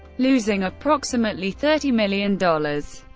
losing approximately thirty million dollars.